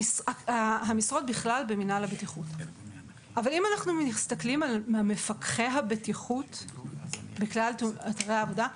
אבל אם אנחנו מסתכלים על מפקחי הבטיחות בכלל אתרי העבודה,